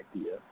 idea